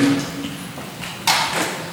בית הכנסת השני שריגש אותי,